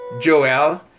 Joel